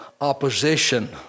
opposition